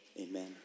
amen